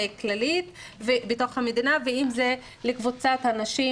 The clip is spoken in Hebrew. כללית בתוך המדינה ואם זה לקבוצת הנשים